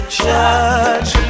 judge